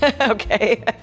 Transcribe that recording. okay